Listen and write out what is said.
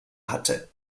hatte